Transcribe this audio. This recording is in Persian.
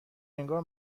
انگار